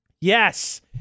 Yes